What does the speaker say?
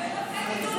את לא הקשבת לי.